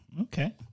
Okay